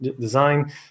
design